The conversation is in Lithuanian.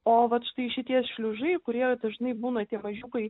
o vat štai šitie šliužai kurie dažnai būna tie mažiukai